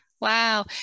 Wow